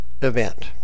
event